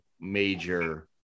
major